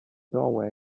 doorway